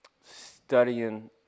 studying